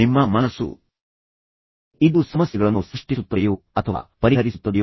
ನಿಮ್ಮ ಮನಸ್ಸು ಯಾವುದರ ಬಗ್ಗೆ ಯೋಚಿಸುತ್ತಿದೆ